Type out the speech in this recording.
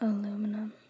Aluminum